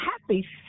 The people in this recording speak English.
Happy